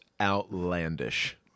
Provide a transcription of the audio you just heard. outlandish